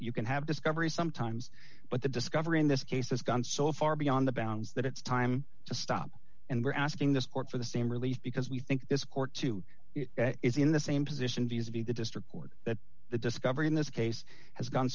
you can have discovery sometimes but the discovery in this case has gone so far beyond the bounds that it's time to stop and we're asking this court for the same relief because we think this court too is in the same position because of you the district court that the discovery in this case has gone